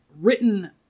Written